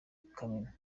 kamena